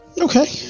Okay